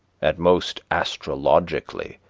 at most astrologically,